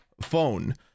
phone